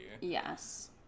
Yes